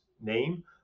name